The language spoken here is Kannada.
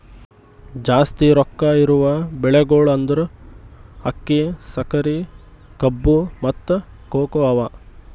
ಜಾಸ್ತಿ ರೊಕ್ಕಾ ಇರವು ಬೆಳಿಗೊಳ್ ಅಂದುರ್ ಅಕ್ಕಿ, ಸಕರಿ, ಕಬ್ಬು, ಮತ್ತ ಕೋಕೋ ಅವಾ